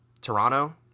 toronto